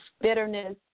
bitterness